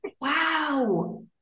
Wow